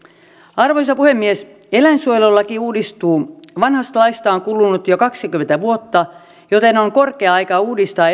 arvoisa puhemies eläinsuojelulaki uudistuu vanhasta laista on kulunut jo kaksikymmentä vuotta joten on korkea aika uudistaa